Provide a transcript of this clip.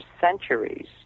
centuries